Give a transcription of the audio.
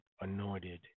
anointed